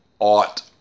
ought